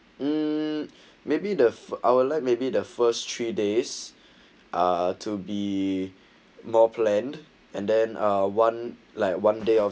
mm maybe the for our like maybe the first three days ah to be more planned and then uh one like one day off